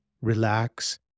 relax